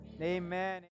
amen